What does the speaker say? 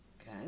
Okay